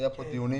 היו כאן דיונים